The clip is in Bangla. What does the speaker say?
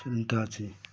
আছে